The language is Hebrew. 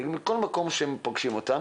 מגיעים לכל מקום שהם פוגשים אותם,